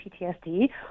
PTSD